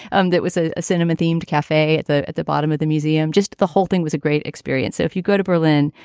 um that was ah a cinema themed cafe at the at the bottom of the museum. just the whole thing was a great experience. so if you go to berlin,